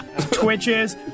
twitches